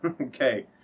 Okay